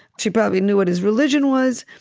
she probably knew what his religion was.